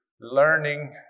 learning